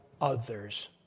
others